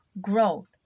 growth